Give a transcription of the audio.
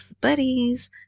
Buddies